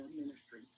ministry